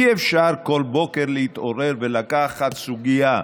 אי-אפשר כל בוקר להתעורר ולקחת סוגיה,